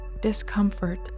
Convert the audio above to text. Discomfort